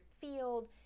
field